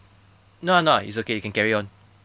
no ah no ah it's okay you can carry on